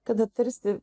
kada tarsi